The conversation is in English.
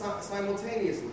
simultaneously